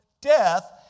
death